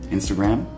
Instagram